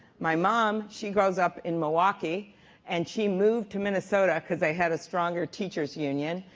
my mom she, grows up in milwaukee and she moved to minnesota because they had a stronger teachers union.